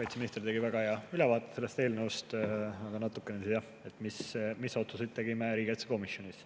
Kaitseminister tegi väga hea ülevaate sellest eelnõust, aga natukene siis sellest, mis otsused tegime riigikaitsekomisjonis.